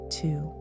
two